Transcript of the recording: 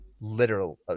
literal